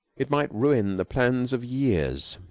it might ruin the plans of years.